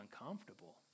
uncomfortable